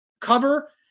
cover